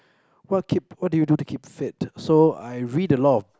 what keep what do you do to keep fit so I read a lot of